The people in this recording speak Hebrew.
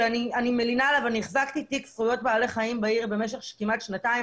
שאני מלינה עליו - אני החזקתי תיק זכויות בעלי חיים במשך כמעט שנתיים,